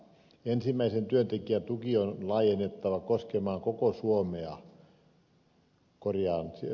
ensimmäisen työntekijän tuki on laajennettava koskemaan koko suomea